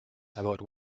about